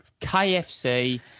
kfc